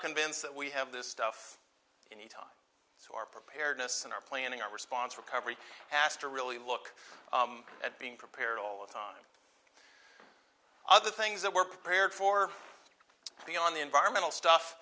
convinced that we have this stuff so our preparedness and our planning our response recovery has to really look at being prepared all the time other things that we're prepared for the on the environmental stuff